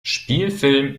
spielfilm